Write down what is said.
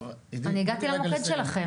אני הגעתי למוקד שלכם.